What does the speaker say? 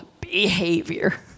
behavior